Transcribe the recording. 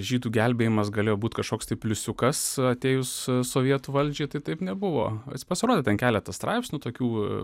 žydų gelbėjimas galėjo būti kažkoks tai pliusiukas atėjus sovietų valdžiai tai taip nebuvo nes pasirodė ten keletą straipsnių tokių